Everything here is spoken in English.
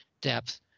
depth